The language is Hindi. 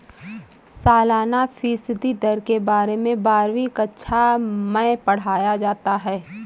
सालाना फ़ीसदी दर के बारे में बारहवीं कक्षा मैं पढ़ाया जाता है